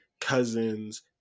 cousins